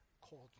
called